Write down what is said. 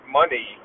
money